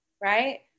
Right